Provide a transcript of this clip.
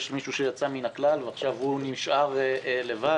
יש מישהו שיצא מן הכלל ועכשיו נשאר לבד.